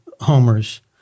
Homer's